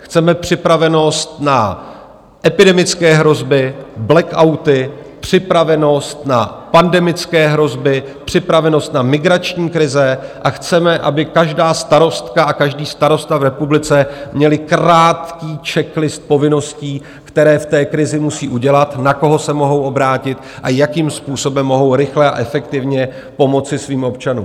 Chceme připravenost na epidemické hrozby, blackouty, připravenost na pandemické hrozby, připravenost na migrační krize a chceme, aby každá starostka a každý starosta v republice měli krátký checklist povinností, které v té krizi musí udělat, na koho se mohou obrátit a jakým způsobem mohou rychle a efektivně pomoci svým občanům.